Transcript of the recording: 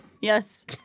Yes